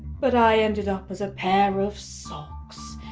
but i ended up as a pair of socks.